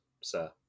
sir